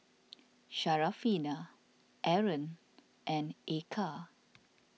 Syarafina Aaron and Eka